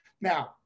Now